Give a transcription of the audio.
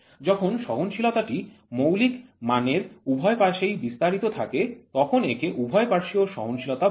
যখন সহনশীলতা টি মৌলিক মানের উভয় পাশেই বিস্তারিত থাকে তখন একে উভয় পার্শ্বীয় সহনশীলতা বলে